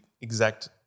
exact